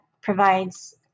provides